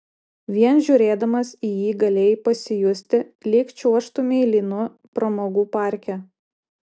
vien žiūrėdamas į jį galėjai pasijusti lyg čiuožtumei lynu pramogų parke